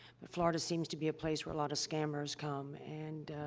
but florida seems to be a place where a lot of scammers come and,